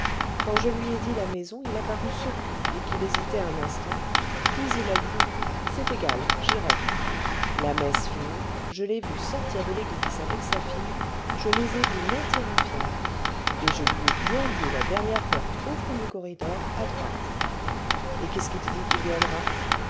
quand je lui ait dit la maison il a paru surpris et qu'il hésitait un instant puis il a dit c'est égal j'irai la messe finie je l'ai vu sortir de l'église avec sa fille je les ai vus monter en fiacre et je lui ai bien dit la dernière porte au fond du corridor à droite et qu'est-ce qui te dit qu'il viendra